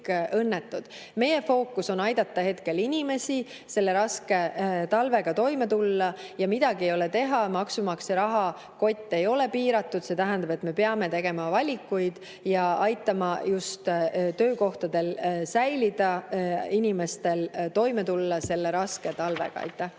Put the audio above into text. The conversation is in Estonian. õnnetud. Meie fookuses on aidata inimesi selle raske talvega toime tulla. Midagi ei ole teha, maksumaksja rahakott ei ole piira[matu]. See tähendab, et me peame tegema valikuid ja aitama just töökohtadel säilida ning inimestel toime tulla selle raske talvega.